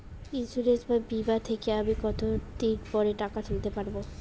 Insurance বা বিমা থেকে আমি কত দিন পরে টাকা তুলতে পারব?